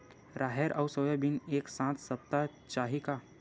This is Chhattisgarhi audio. राहेर अउ सोयाबीन एक साथ सप्ता चाही का?